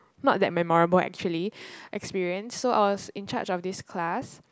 not that memorable actually experience so I was in charge of this class